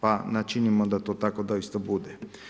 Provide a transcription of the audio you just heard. Pa načinimo da to tako doista bude.